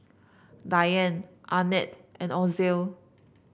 Dianne Arnett and Ozell